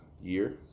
year